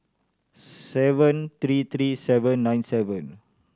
seven three three seven nine seven